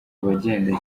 bagenda